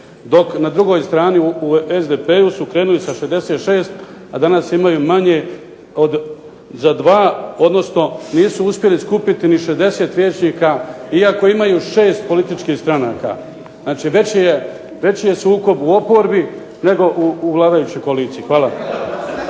dok na drugoj strani u SDP-u su krenuli sa 66, a danas imaju manje za dva, odnosno nisu uspjeli skupiti ni 60 vijećnika iako imaju šest političkih stranaka. Znači, veći je sukob u oporbi nego u vladajućoj koaliciji. Hvala.